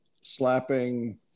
slapping